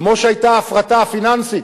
כמו שהיתה ההפרטה הפיננסית,